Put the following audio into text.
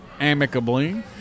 amicably